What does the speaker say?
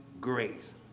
grace